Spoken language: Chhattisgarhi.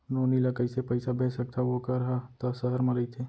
नोनी ल कइसे पइसा भेज सकथव वोकर हा त सहर म रइथे?